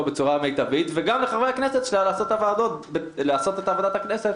בצורה מיטבית וגם לחברי הכנסת שלה לעשות את עבודת הכנסת